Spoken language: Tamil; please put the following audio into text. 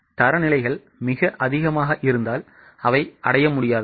தரநிலைகள் மிக அதிகமாக இருந்தால் அவை அடைய முடியாதவை